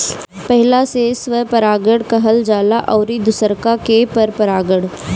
पहिला से स्वपरागण कहल जाला अउरी दुसरका के परपरागण